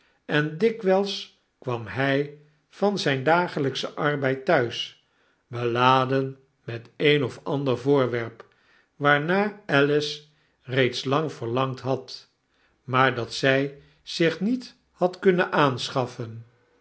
en dikwijls kwam hij van zijn dagelijkschen arbeid thuis beladen met een of ander voorwerp waarnaar alice reeds lang verlangd had maar dat zij zich niet had kunnen aanschaffen